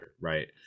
right